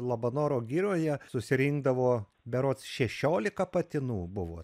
labanoro girioje susirinkdavo berods šešiolika patinų buvo